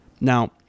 Now